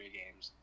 games